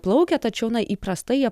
plaukia tačiau na įprastai jie